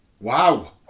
Wow